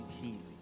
healing